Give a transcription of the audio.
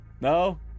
No